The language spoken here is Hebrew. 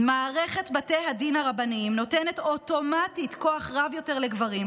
"מערכת בתי הדין הרבניים נותנת אוטומטית כוח רב יותר לגברים,